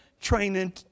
Training